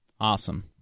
awesome